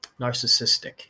narcissistic